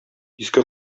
иске